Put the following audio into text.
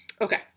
Okay